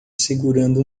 segurando